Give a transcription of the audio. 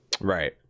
Right